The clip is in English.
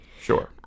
Sure